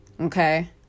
okay